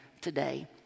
today